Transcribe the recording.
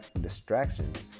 distractions